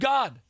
God